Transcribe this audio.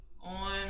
on